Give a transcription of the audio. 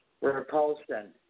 Repulsion